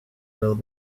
will